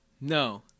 No